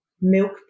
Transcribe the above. milk